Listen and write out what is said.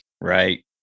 Right